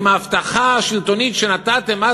עם ההבטחה השלטונית שנתתם אז,